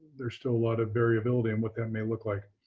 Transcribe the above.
there's still a lot of variability in what that may look like.